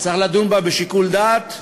צריך לדון בה בשיקול דעת,